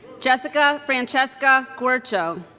jessica francesca guercio